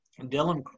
Dylan